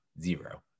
zero